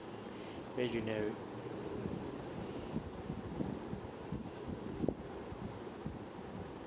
very generic